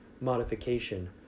modification